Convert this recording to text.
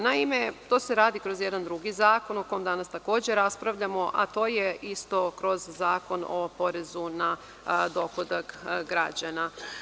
Naime, to se radi kroz jedan drugi zakon o kome danas takođe raspravljamo, a to je isto kroz Zakon o porezu na dohodak građana.